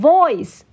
Voice